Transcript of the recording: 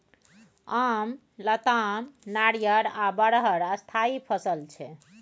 आम, लताम, नारियर आ बरहर स्थायी फसल छै